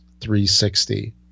360